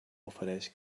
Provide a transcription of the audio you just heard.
ofereix